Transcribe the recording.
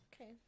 Okay